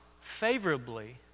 favorably